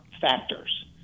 factors